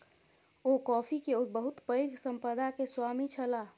ओ coffee के बहुत पैघ संपदा के स्वामी छलाह